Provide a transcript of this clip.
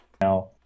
now